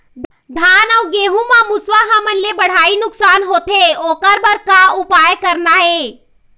धान अउ गेहूं म मुसवा हमन ले बड़हाए नुकसान होथे ओकर बर का उपाय करना ये?